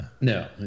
No